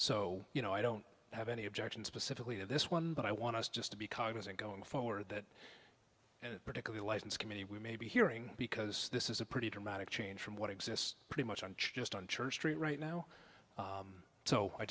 so you know i don't have any objection specifically to this one but i want us just to be cognizant going forward that particular license committee we may be hearing because this is a pretty dramatic change from what exists pretty much on just on church street right now so i